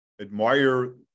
admire